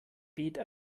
wehte